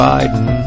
Biden